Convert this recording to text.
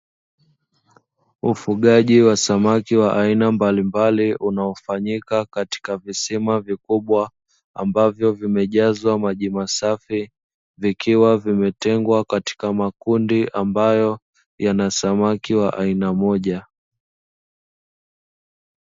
Ufugaji wa samaki wa aina mbalimbali unaofanyika katika visima vikubwa ambavyo vimejzwa maji masafi, vikiwa vimetengwa katika makundi ambayo yana samaki wa aina moja.